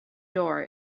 door